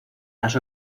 las